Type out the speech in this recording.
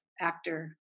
actor